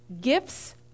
gifts